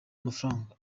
amafaranga